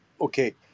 okay